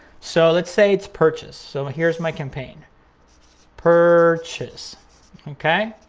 so let's say it's purchase. so here's my campaign purchase okay?